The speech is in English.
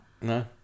No